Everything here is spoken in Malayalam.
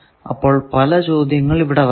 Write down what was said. അപ്പോൾ പല ചോദ്യങ്ങൾ ഇവിടെ വരാം